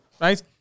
Right